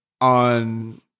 on